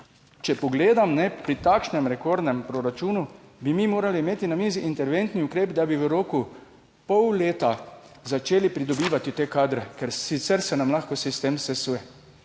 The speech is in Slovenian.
če pogledam pri takšnem rekordnem proračunu, bi mi morali imeti na mizi interventni ukrep, da bi v roku pol leta začeli pridobivati te kadre, ker sicer se nam lahko sistem sesuje,